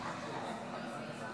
כי היא לא קיבלה את הרוב הדרוש.